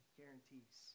guarantees